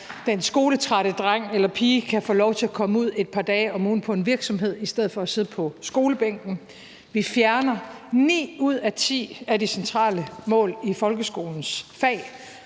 så den skoletrætte dreng eller pige kan få lov til at komme ud et par dage om ugen på en virksomhed i stedet for at sidde på skolebænken. Vi fjerner ni ud af ti af de centrale mål i folkeskolens fag.